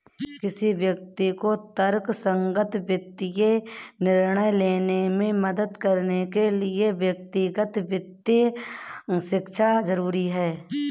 किसी व्यक्ति को तर्कसंगत वित्तीय निर्णय लेने में मदद करने के लिए व्यक्तिगत वित्त शिक्षा जरुरी है